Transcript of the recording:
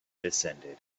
descended